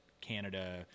Canada